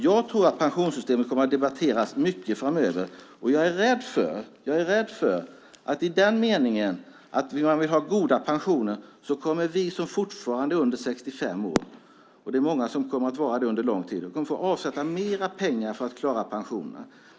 Jag tror att pensionssystemet kommer att debatteras mycket framöver, och jag är rädd för att i den meningen att man vill ha goda pensioner kommer vi som fortfarande är under 65 år, och många kommer att vara det under lång tid, att få avsätta mer pengar för att klara pensionerna.